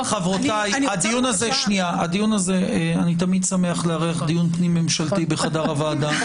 --- אני תמיד שמח לארח דיון פנים ממשלתי בחדר הוועדה,